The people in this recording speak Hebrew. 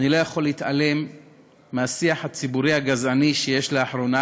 אני לא יכול להתעלם מהשיח הציבורי הגזעני שיש לאחרונה.